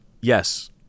yes